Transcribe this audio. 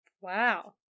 Wow